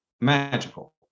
magical